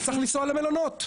צריך לנסוע למלונות.